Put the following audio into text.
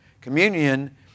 Communion